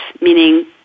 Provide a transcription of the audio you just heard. meaning